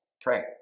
pray